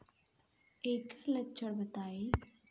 एकर लक्षण बताई?